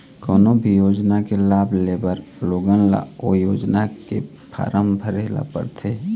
कोनो भी योजना के लाभ लेबर लोगन ल ओ योजना के फारम भरे ल परथे